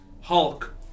Hulk